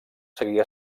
seguia